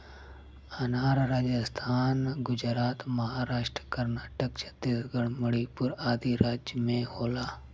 अनार राजस्थान गुजरात महाराष्ट्र कर्नाटक छतीसगढ़ मणिपुर आदि राज में होला